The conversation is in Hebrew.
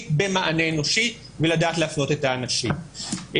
במענה אנושי ולדעת להפנות את האנשים.